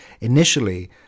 initially